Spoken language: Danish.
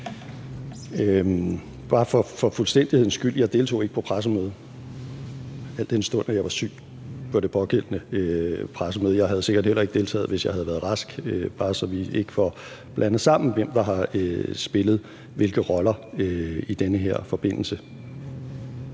Bare for fuldstændighedens skyld vil jeg sige, at jeg ikke deltog på pressemødet, al den stund at jeg var syg på tidspunktet for det pågældende pressemøde. Jeg havde sikkert heller ikke deltaget, hvis jeg havde været rask. Det er bare, for at vi ikke skal få blandet sammen, hvem der har spillet hvilke roller i den her forbindelse.